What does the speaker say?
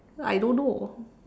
I don't know